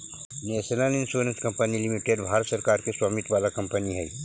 national Insurance Company Limited Bharat सरकार के स्वामित्व वाला कंपनी हई